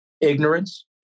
ignorance